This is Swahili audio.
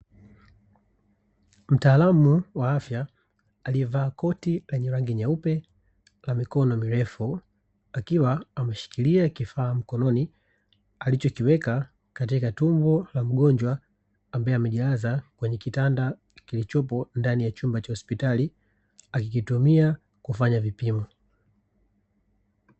Mtaalmu wa afya aliyevaa koti lenye rangi nyeupe na mikono mirefu akiwa ameshikilia kifaa mkononi, alichokiweka katika tumbo la mgonjwa ambae amejilaza kwenye kitanda kilichopo ndani ya chumba cha hospitali akikitumia kufanya vipimo.